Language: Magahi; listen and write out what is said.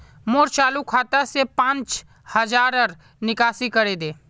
मोर चालु खाता से पांच हज़ारर निकासी करे दे